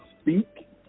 speak